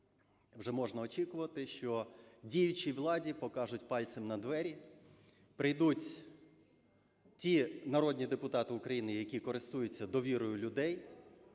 вже можна очікувати, що діючій владі покажуть пальцем на двері, прийдуть ті народні депутати України, які користуються довірою людей,